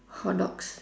hotdogs